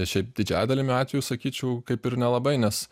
šiaip didžiąja dalimi atvejų sakyčiau kaip ir nelabai nes